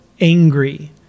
angry